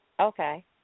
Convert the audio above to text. Okay